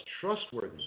trustworthy